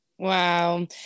Wow